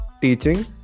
teaching